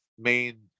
main